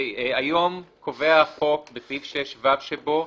היום קובע החוק בסעיף 6(ו) שבו,